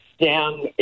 down